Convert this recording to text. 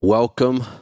Welcome